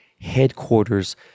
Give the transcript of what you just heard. headquarters